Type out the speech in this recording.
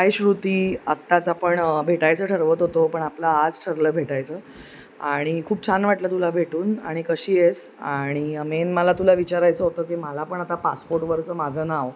आईती आत्ताच आपण भेटायचं ठरवत होतो पण आपला आज ठरलं भेटायचं आणि खूप छान वाटलं तुला भेटून आणि कशीस आणि मेन मला तुला विचारायचं होतं की मला पण आता पासपोर्टवरचं माझं नाव